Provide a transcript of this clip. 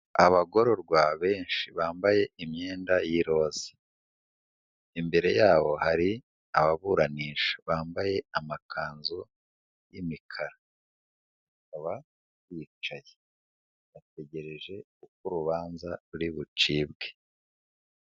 Abagororwa benshi bambaye imyenda y'iroza. Imbere yabo hari ababuranisha bambaye amakanzu y'imikara, bakaba bicaye bategereje uko urubanza ruri bucibwe.